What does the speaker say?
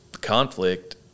conflict